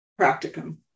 practicum